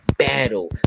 battle